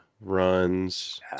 runs